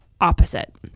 opposite